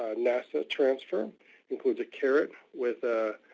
ah nasa transfer includes a carrot with a